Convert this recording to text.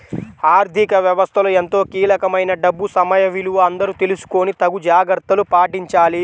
ఆర్ధిక వ్యవస్థలో ఎంతో కీలకమైన డబ్బు సమయ విలువ అందరూ తెలుసుకొని తగు జాగర్తలు పాటించాలి